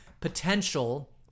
potential